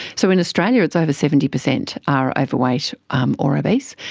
so in australia it's over seventy percent are overweight um or obese,